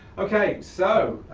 okay, so,